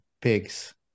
pigs